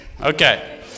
Okay